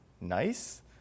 nice